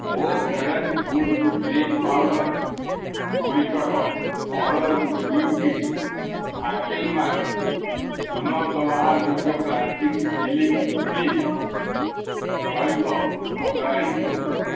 ମୋ product boost drink powder ଗୁଡ଼ିକର ଅର୍ଡ଼ର୍କୁ ଦୁଇ ପିସ୍ ଫାକେଲମାନ ପୁନଃ ବ୍ୟବହାର ଯୋଗ୍ୟ ପ୍ଲାଷ୍ଟିକ୍ ସିଲିଂ କ୍ଲିପ୍ ସହିତ ବଦଳାଇ ଦିଅନ୍ତୁ